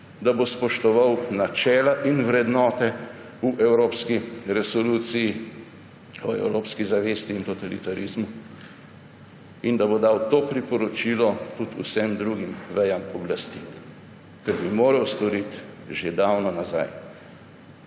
da bo spoštoval načela in vrednote v evropski Resoluciji o evropski zavesti in totalitarizmu in da bo dal to priporočilo tudi vsem drugim vejam oblasti, kar bi moral storiti že davno nazaj.